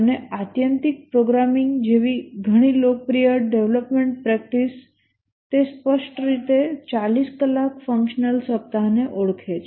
અને આત્યંતિક પ્રોગ્રામિંગ જેવી ઘણી લોકપ્રિય ડેવલપમેન્ટ પ્રેક્ટિસ તે સ્પષ્ટ રીતે 40 કલાક ફંક્શનલ સપ્તાહને ઓળખે છે